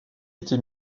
été